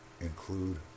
Include